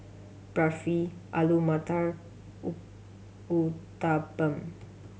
Barfi Alu Matar U Uthapam